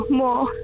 more